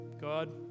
God